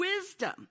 wisdom